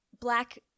black